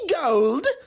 gold